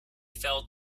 fell